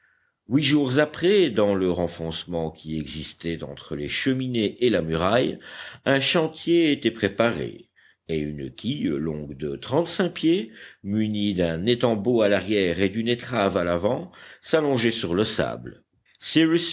huit jours après dans le renfoncement qui existait entre les cheminées et la muraille un chantier était préparé et une quille longue de trente-cinq pieds munie d'un étambot à l'arrière et d'une étrave à l'avant s'allongeait sur le sable